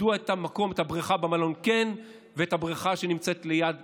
מדוע את הבריכה במלון כן ואת הבריכה שנמצאת ליד לא.